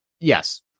Yes